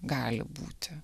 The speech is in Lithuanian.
gali būti